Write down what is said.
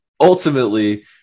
ultimately